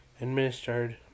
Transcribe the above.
administered